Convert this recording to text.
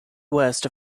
west